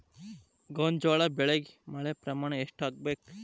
ಗೋಂಜಾಳ ಬೆಳಿಗೆ ಮಳೆ ಪ್ರಮಾಣ ಎಷ್ಟ್ ಆಗ್ಬೇಕ?